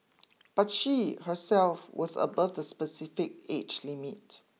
but she herself was above the specified age limit